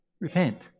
repent